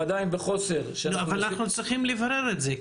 אבל אנחנו צריכים לברר את זה.